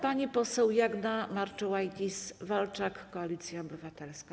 Pani poseł Jagna Marczułajtis-Walczak, Koalicja Obywatelska.